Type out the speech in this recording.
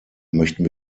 möchten